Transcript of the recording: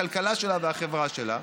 הכלכלה שלה והחברה שלה?